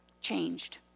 Changed